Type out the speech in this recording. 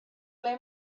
ble